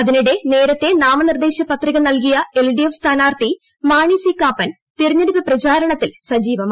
അതിനിടെ നേരത്തെ നാമനിർദ്ദേശ പത്രിക നൽകിയ എൽ ഡി എഫ് സ്ഥാനാർത്ഥി മാണി സി കാപ്പൻ തെരഞ്ഞെടുപ്പ് പ്രചാരണത്തിൽ സജീവമായി